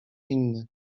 inny